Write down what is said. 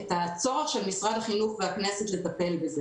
את הצורך של משרד החינוך והכנסת לטפל בזה.